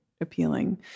appealing